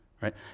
right